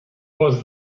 was